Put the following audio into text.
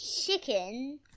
chicken